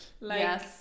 Yes